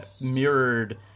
mirrored